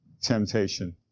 temptation